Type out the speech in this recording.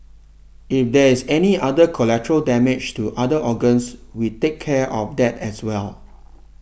if there is any other collateral damage to other organs we take care of that as well